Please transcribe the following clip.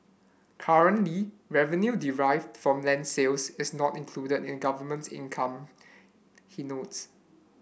currently revenue derived from land sales is not included in government's income he notes